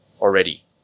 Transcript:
already